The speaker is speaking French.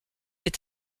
est